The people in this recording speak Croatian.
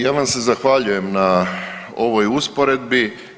Ja vam se zahvaljujem na ovoj usporedbi.